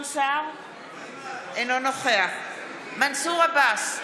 אינו נוכח מנסור עבאס,